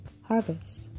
harvest